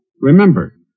Remember